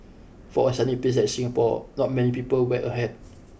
for a sunny place Singapore not many people wear a hat